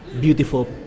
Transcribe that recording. beautiful